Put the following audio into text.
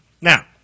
Now